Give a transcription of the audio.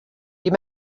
you